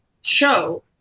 show